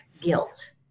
guilt